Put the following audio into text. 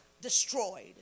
destroyed